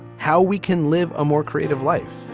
how we can live a more creative life.